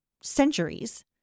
centuries